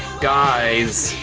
guys.